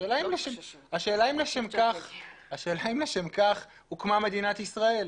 השאלה אם לשם כך הוקמה מדינת ישראל.